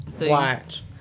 Watch